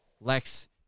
Lex